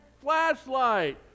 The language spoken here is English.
flashlight